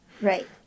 right